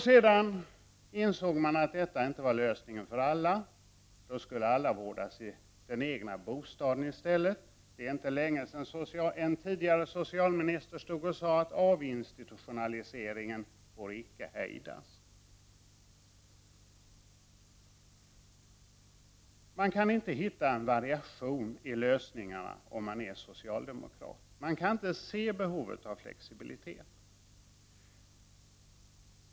Sedan insåg man att detta inte var lösningen för alla. Då skulle alla i stället vårdas i den egna bostaden. Det är inte länge sedan en tidigare socialminister sade att avinstitutionaliseringen icke får hejdas. Man kan inte hitta variationer på lösningarna, om man är socialdemokrat. Man kan inte se behovet av flexibilitet.